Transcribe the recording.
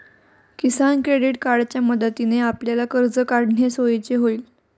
किसान credit कार्डच्या मदतीने आपल्याला कर्ज काढणे सोयीचे होईल